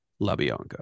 LaBianca